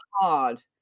hard